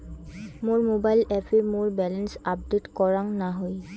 মোর mobile অ্যাপে মোর balance update করাং না হই